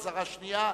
אזהרה שנייה.